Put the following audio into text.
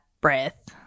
breath